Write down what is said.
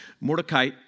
Mordecai